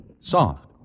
soft